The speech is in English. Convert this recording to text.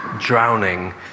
drowning